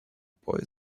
boy